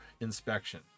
inspection